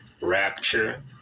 rapture